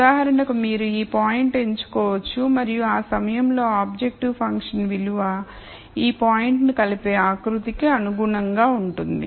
ఉదాహరణకు మీరు ఈ పాయింట్ ఎంచుకోవచ్చు మరియు ఆ సమయంలో ఆబ్జెక్టివ్ ఫంక్షన్ విలువ ఈ పాయింట్ ను కలిపే ఆకృతికి అనుగుణంగా ఉంటుంది